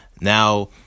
Now